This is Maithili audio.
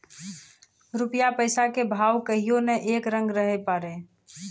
रूपया पैसा के भाव कहियो नै एक रंग रहै पारै